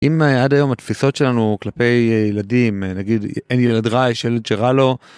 אם עד היום התפיסות שלנו כלפי ילדים נגיד אין ילד רע יש ילד שרע לו.